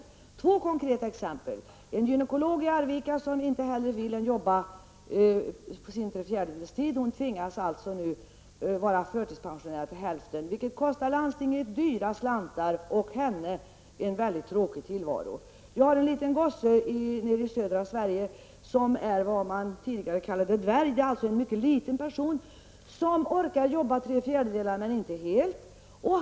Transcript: Låt mig ge två konkreta exempel. En gynekolog i Arvika, som inget hellre vill än jobba på sin 3/4-delstid, tvingas nu vara förtidspensionär till hälften, vilket kostar landstinget dyra slantar och ger henne en mycket tråkig tillvaro. En ung man i södra Sverige som är vad man tidigare kallade dvärg, alltså en mycket liten person, orkar jobba till tre fjärdedelar, men inte helt.